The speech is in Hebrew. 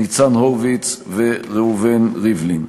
ניצן הורוביץ וראובן ריבלין.